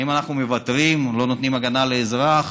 האם אנחנו מוותרים, לא נותנים הגנה לאזרח?